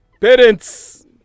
Parents